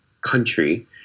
country